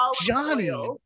Johnny